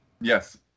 Yes